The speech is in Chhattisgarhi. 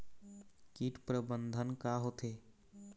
कीट प्रबंधन का होथे?